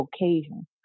occasion